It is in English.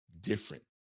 different